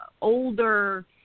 older